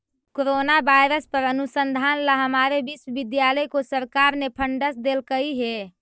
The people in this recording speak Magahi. कोरोना वायरस पर अनुसंधान ला हमारे विश्वविद्यालय को सरकार ने फंडस देलकइ हे